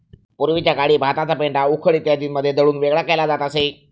पूर्वीच्या काळी भाताचा पेंढा उखळ इत्यादींमध्ये दळून वेगळा केला जात असे